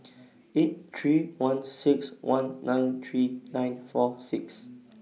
eight three one six one nine three nine four six